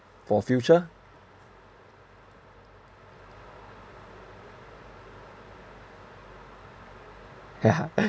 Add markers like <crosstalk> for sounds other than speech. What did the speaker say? for future <laughs>